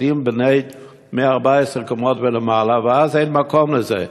בתים מ-14 קומות ומעלה, ואז אין מקום לזה.